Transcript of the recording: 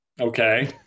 okay